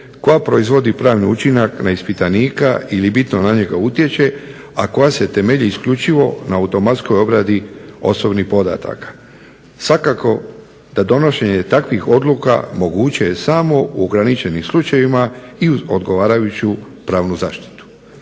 koja proizvodi pravni učinak ispitanika ili bitno na njega utječe, a koja se temelji isključivo na automatskoj obradi osobnih podataka. Svakako da donošenje takvih odluka moguće je samo u ograničenim slučajevima i uz odgovarajuću pravnu zaštitu.